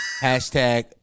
Hashtag